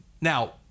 Now